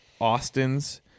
Austin's